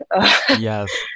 Yes